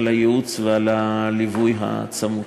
ועל כך תודה רבה להם על הייעוץ והליווי הצמוד.